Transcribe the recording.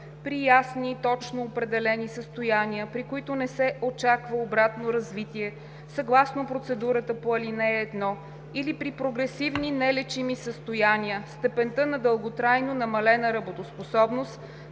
При ясни и точно определени състояния, при които не се очаква обратно развитие, съгласно процедурата по ал. 1, или при прогресивни нелечими състояния, степента на дълготрайно намалена работоспособност